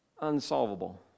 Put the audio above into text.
unsolvable